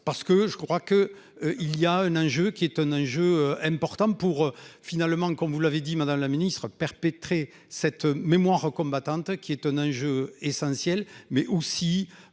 parce que je crois que il y a un enjeu qui est un enjeu important pour finalement qu'on vous l'avez dit Madame la Ministre perpétrés cette mémoire combattante, qui est un enjeu essentiel mais aussi